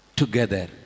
together